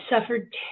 suffered